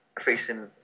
facing